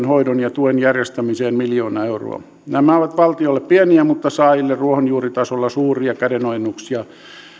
hoidon ja tuen järjestämiseen miljoonaa euroa nämä ovat valtiolle pieniä mutta saajille ruohonjuuritasolla suuria kädenojennuksia